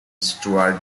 stuart